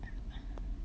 !alamak!